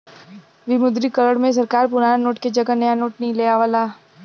विमुद्रीकरण में सरकार पुराना नोट के जगह नया नोट लियावला